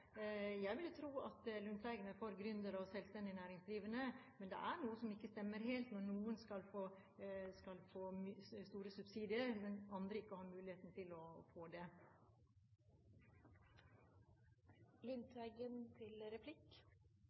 Jeg ville tro at Lundteigen er for gründere og selvstendig næringsdrivende, men det er noe som ikke stemmer helt når noen skal få store subsidier, mens andre ikke har muligheten til å få